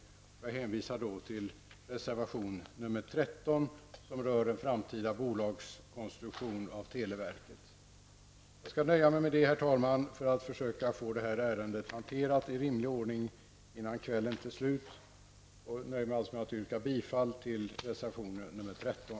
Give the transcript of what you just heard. Jag vill då hänvisa till reservation 13 som rör en framtida bolagskonstruktion av televerket. Herr talman! Jag nöjer mig med detta för att försöka få detta ärende hanterat i rimlig ordning innan kvällen tar slut. Jag yrkar bifall till reservation 13.